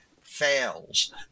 fails